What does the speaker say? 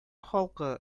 халкы